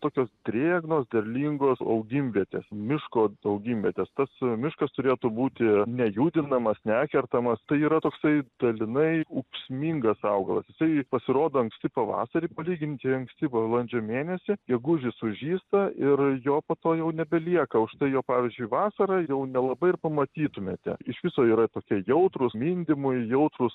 tokios drėgnos derlingos augimvietės miško augimvietės tas miškas turėtų būti nejudindamas nekertama tai yra toksai dalinai ūksmingas augalas jisai pasirodo anksti pavasarį palyginti anksti balandžio mėnesį gegužį sužysta ir jo po to jau nebelieka užtai jo pavyzdžiui vasarą jau nelabai ir pamatytumėte iš viso yra tokie jautrūs mindymui jautrūs